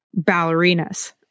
ballerinas